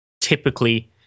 typically